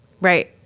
Right